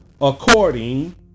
according